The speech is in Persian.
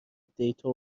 دیتا